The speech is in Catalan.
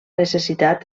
necessitat